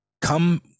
come